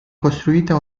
costruita